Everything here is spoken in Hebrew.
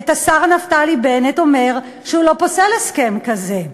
את השר נפתלי בנט אומר שהוא לא פוסל הסכם כזה.